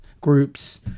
groups